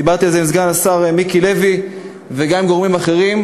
דיברתי על זה עם סגן השר מיקי לוי וגם עם גורמים אחרים.